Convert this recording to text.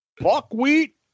buckwheat